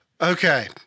Okay